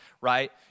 right